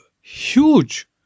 huge